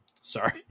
sorry